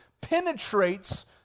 penetrates